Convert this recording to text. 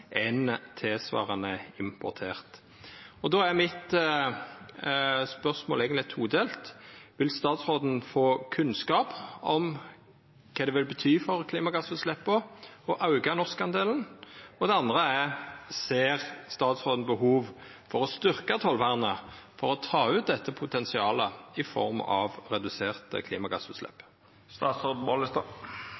tilsvarande importerte. Spørsmålet mitt er eigentleg todelt. Vil statsråden få kunnskap om kva det vil bety for klimagassutsleppa å auka norskdelen, og ser statsråden behov for å styrkja tollvernet for å ta ut dette potensialet i form av reduserte klimagassutslepp?